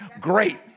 great